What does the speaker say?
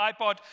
iPod